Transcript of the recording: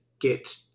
get